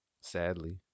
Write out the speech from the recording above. Sadly